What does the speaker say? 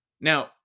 Now